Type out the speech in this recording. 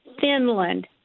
Finland